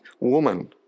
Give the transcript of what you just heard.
woman